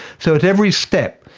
so at every step,